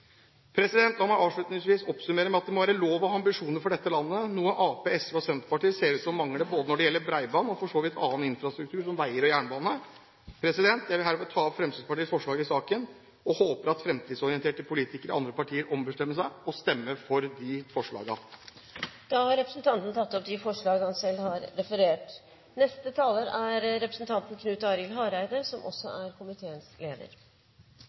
La meg avslutningsvis oppsummere med at det må være lov å ha ambisjoner for dette landet, noe Arbeiderpartiet, SV og Senterpartiet ser ut til å mangle, både når det gjelder bredbånd og for så vidt annen infrastruktur som veier og jernbane. Jeg vil herved ta opp Fremskrittspartiets forslag i saken og håper at fremtidsorienterte politikere i andre partier ombestemmer seg og stemmer for forslagene. Da har representanten Bård Hoksrud tatt opp de forslagene han refererte til. Dette er eit veldig viktig tema som